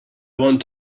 want